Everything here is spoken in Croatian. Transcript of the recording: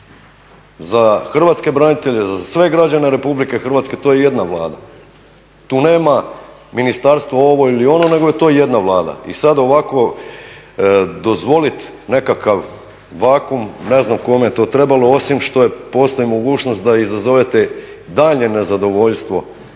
Za Hrvatske branitelje, za sve građane RH to je jedna Vlada, tu nema ministarstvo ovo ili ono, nego je to jedna Vlada. I sad ovako dozvolit nekakav vakuum, ne znam kome je to trebalo osim što postoji mogućnost da izazovete daljnje nezadovoljstvo